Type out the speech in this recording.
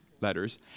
letters